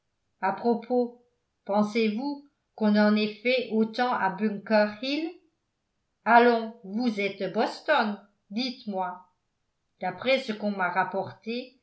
a propos pensez-vous qu'on en ait fait autant à bunker hill allons vous êtes de boston dites-moi d'après ce qu'on m'a rapporté